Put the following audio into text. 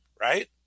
Right